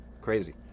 crazy